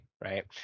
right